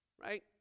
Right